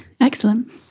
Excellent